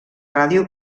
ràdio